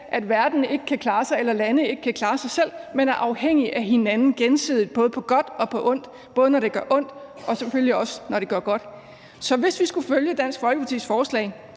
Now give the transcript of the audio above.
af, at lande ikke kan klare sig selv, men er gensidigt afhængige af hinanden både på godt og på ondt, både når det gør ondt, og selvfølgelig også når det gør godt. Så hvis vi skulle følge Dansk Folkepartis lovforslag,